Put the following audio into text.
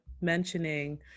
mentioning